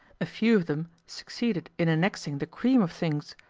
a few of them succeeded in annexing the cream of things,